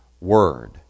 Word